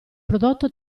prodotto